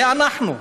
זה אנחנו.